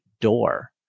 door